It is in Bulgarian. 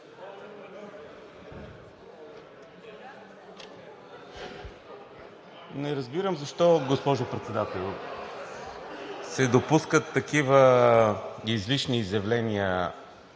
Не разбирам защо, госпожо Председател, се допускат такива излишни изявления